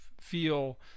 feel